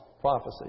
prophecy